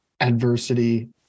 adversity